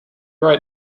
wrote